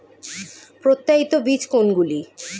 প্রত্যায়িত বীজ কোনগুলি?